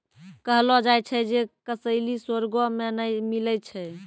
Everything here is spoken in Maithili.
कहलो जाय छै जे कसैली स्वर्गो मे नै मिलै छै